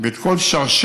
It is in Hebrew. ואת כל שרשרת